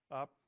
up